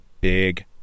big